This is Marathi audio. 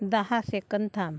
दहा सेकंद थांब